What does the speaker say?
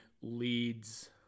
leads